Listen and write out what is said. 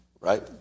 right